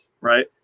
Right